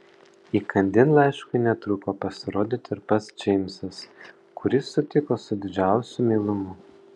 įkandin laiškui netruko pasirodyti ir pats džeimsas kurį sutiko su didžiausiu meilumu